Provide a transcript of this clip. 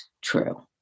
true